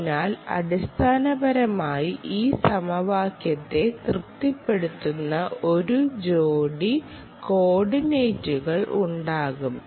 അതിനാൽ അടിസ്ഥാനപരമായി ഈ സമവാക്യത്തെ തൃപ്തിപ്പെടുത്തുന്ന ഒരു ജോഡി കോർഡിനേറ്റുകൾ ഉണ്ടാകും